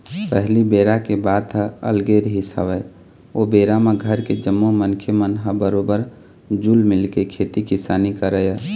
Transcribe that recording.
पहिली बेरा के बात ह अलगे रिहिस हवय ओ बेरा म घर के जम्मो मनखे मन ह बरोबर जुल मिलके खेती किसानी करय